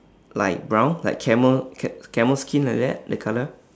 like brown like camel ca~ camel skin like that the colour